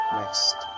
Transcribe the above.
next